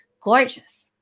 gorgeous